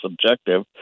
subjective